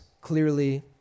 clearly